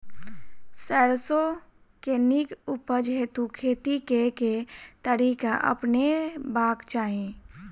सैरसो केँ नीक उपज हेतु खेती केँ केँ तरीका अपनेबाक चाहि?